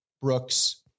Brooks